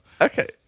Okay